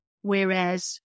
whereas